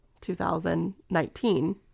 2019